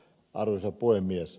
arvoisa puhemies